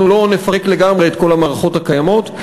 לא נפרק לגמרי את כל המערכות הקיימות,